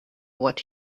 what